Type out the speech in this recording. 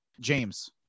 James